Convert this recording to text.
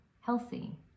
healthy